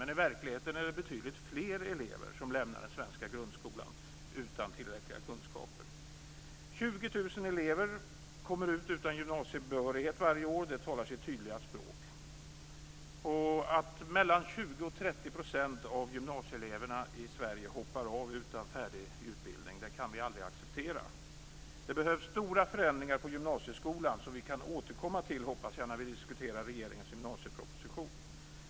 Men i verkligheten är det betydligt fler elever som lämnar den svenska grundskolan utan tillräckliga kunskaper. Att 20 000 elever kommer ut utan gymnasiebehörighet varje år talar sitt tydliga språk. Att 20-30 % av gymnasieeleverna hoppar av utan färdig utbildning kan vi aldrig acceptera. Det behövs stora förändringar på gymnasieskolan, som jag hoppas att vi kan återkomma till när vi diskuterar regeringens gymnasieproposition.